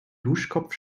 duschkopf